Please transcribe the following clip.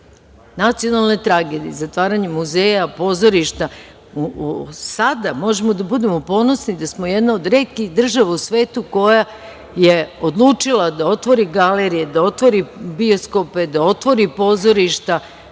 tragedija. Nacionalne tragedije su zatvaranje muzeja, pozorišta. Sada možemo da budemo ponosni, da smo jedna od retkih država u svetu koja je odlučila da otvori galerije, bioskope, da otvori pozorišta,